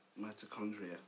Mitochondria